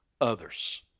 others